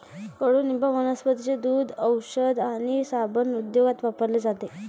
कडुनिंब वनस्पतींचे दूध, औषध आणि साबण उद्योगात वापरले जाते